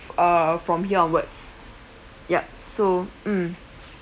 uh from here onwards yup so mm